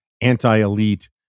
anti-elite